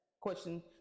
question